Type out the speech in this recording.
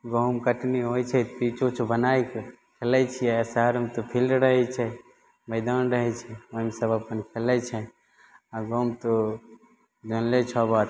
गहूँम कटनी होइ छै पिच उच बनायके खेलय छियै आओर शहरमे तऽ फील्ड रहय छै मैदान रहय छै ओइमे सब अपन खेलय छै गाँवमे तऽ जानले छौ बात